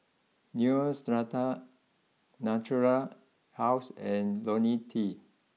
Neostrata Natura house and Ionil T